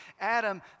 Adam